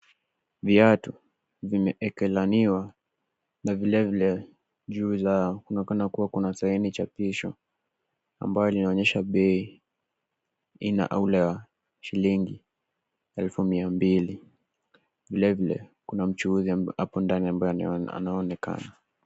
Viatu vimeekelaniwa na vile vile juu yao kunaonekana kuna saini chapisho ambayo linaonyesha bei aina ile ya shilingi elfu 200. Vile vile kuna mchuuzi hapo ndani ambaye anaonekana.